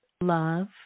love